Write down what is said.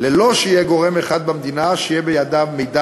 ללא שיהיה גורם אחד במדינה שיהיה בידיו מידע